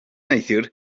neithiwr